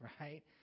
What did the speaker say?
right